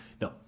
no